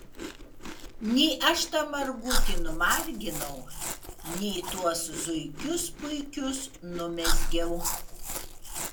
nei aš tą margutį numarginau nei tuos zuikius puikius numezgiau